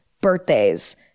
birthdays